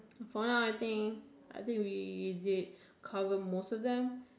for us I think I think we is it cover most of them